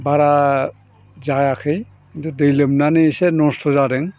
बारा जायाखै खिन्थु दै लोमनानै एसे नस्थ' जादों